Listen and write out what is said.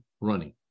running